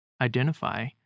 identify